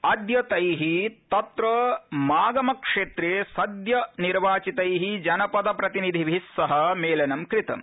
अद्य तै तत्र मागम क्षेत्रे सद्यनिर्वाचितै जनपद प्रतिनिधिभि सह मेलनं कृतम्